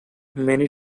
many